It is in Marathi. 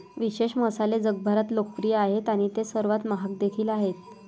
विशेष मसाले जगभरात लोकप्रिय आहेत आणि ते सर्वात महाग देखील आहेत